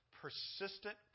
persistent